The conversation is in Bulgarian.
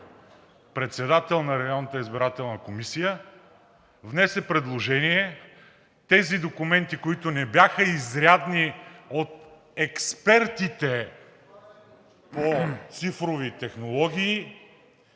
председател на Районната избирателна комисия, внесе предложение тези документи, които според експертите по цифрови технологии